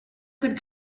could